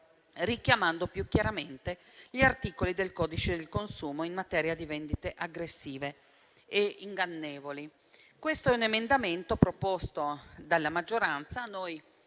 richiamando più chiaramente gli articoli del codice del consumo in materia di vendite aggressive e ingannevoli. Questo è un emendamento proposto dalla maggioranza.